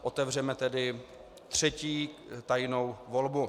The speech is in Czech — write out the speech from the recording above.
Otevřeme tedy třetí tajnou volbu.